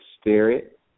spirit